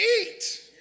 eat